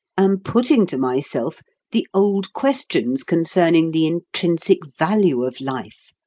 am putting to myself the old questions concerning the intrinsic value of life,